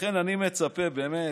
לכן אני מצפה, באמת,